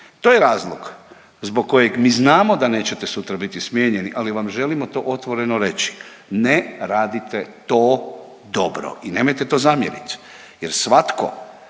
To je razlog zbog kojeg mi znamo da nećete sutra biti smijenjeni ali vam želimo to otvoreno reći. Ne radite to dobro i nemojte to zamjerit